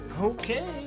Okay